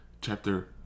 chapter